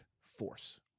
force